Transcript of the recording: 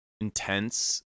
intense